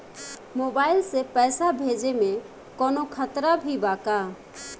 Mobile से पैसा भेजे मे कौनों खतरा भी बा का?